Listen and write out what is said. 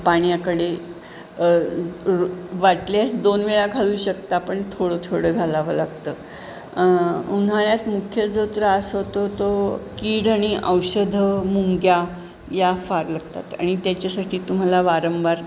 पाण्याकडे वाटल्यास दोन वेळा घालू शकता पण थोडं थोडं घालावं लागतं उन्हाळ्यात मुख्य जो त्रास होतो तो कीड आणि औषधं मुंग्या या फार लागतात आणि त्याच्यासाठी तुम्हाला वारंवार